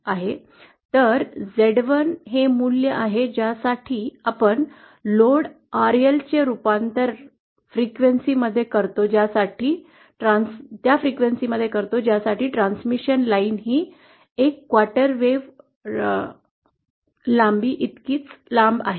तर Z1 हे मूल्य आहे ज्यासाठी आपण लोड आरएलचे रूपांतर फ्रिक्वेन्सीमध्ये करतो ज्यासाठी ट्रान्समिशन लाईन एक चतुर्थांश तरंग लांबी ची लांब आहे